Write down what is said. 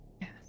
Yes